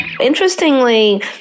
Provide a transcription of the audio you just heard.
interestingly